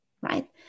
right